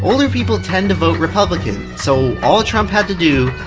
older people tend to vote republican, so all trump had to do,